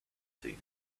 seen